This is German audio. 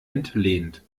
entlehnt